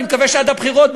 אני מקווה שעד הבחירות,